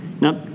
Now